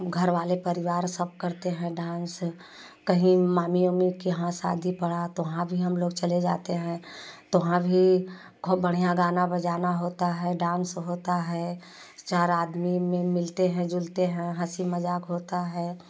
घरवाले परिवार सब करते हैं डांस कहीं मामी उमी के यहाँ शादी पड़ा तो वहाँ भी हम लोग चले जाते हैं तो वहाँ भी खूब बढ़िया गाना बजाना होता है डांस होता है चार आदमी में मिलते हैं जुलते हैं हँसी मजाक होता है